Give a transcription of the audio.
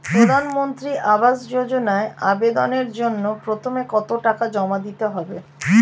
প্রধানমন্ত্রী আবাস যোজনায় আবেদনের জন্য প্রথমে কত টাকা জমা দিতে হবে?